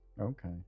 okay